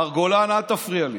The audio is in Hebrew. מר גולן, אל תפריע לי.